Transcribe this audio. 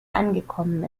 angekommen